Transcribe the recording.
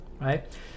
right